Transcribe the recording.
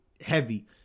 heavy